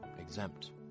exempt